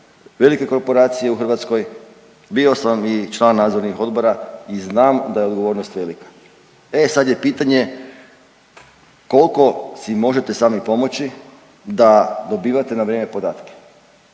velike korporacije u Hrvatskoj, bio sam i član nadzornih odbora i znam da je odgovornost velika. E sad je pitanje kolko si možete sami pomoći da dobivate na vrijeme podatke